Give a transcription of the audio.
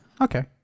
okay